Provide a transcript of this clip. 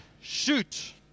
shoot